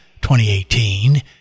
2018